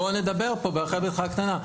בוא נדבר פה ברחל ביתך הקטנה.